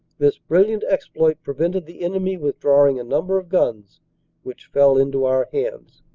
this brilliant exploit prevented the enemy withdrawing a number of guns which fell into our hands.